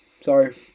Sorry